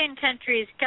countries